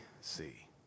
see